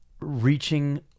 reaching